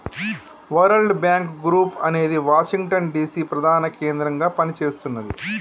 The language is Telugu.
వరల్డ్ బ్యాంక్ గ్రూప్ అనేది వాషింగ్టన్ డిసి ప్రధాన కేంద్రంగా పనిచేస్తున్నది